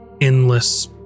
endless